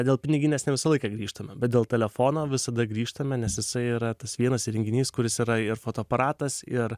dėl piniginės ne visą laiką grįžtame bet dėl telefono visada grįžtame nes jisai yra tas vienas įrenginys kuris yra ir fotoaparatas ir